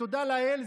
ותודה לאל,